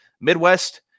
Midwest